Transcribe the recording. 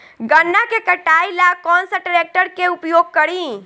गन्ना के कटाई ला कौन सा ट्रैकटर के उपयोग करी?